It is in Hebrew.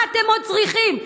מה אתם עוד צריכים?